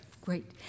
Great